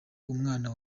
umwana